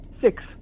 Six